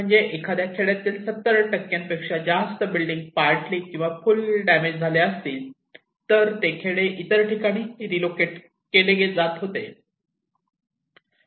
म्हणजे एखाद्या खेड्यातील 70 पेक्षा जास्त बिल्डिंग पार्टलि किंवा फुल्ल डॅमेज झाल्या असतील तर खेडे इतर ठिकाणी रीलोकेट केले जाते